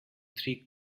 three